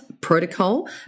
protocol